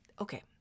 Okay